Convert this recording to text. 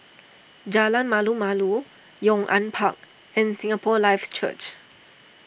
Jalan Malu Malu Yong An Park and Singapore Life Church